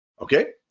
okay